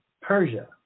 Persia